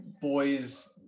boys